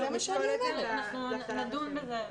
נדון בזה.